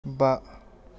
बा